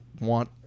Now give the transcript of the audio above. want